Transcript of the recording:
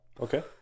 Okay